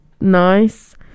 nice